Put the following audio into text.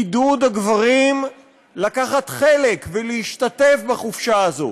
עידוד הגברים לקחת חלק ולהשתתף בחופשה הזאת.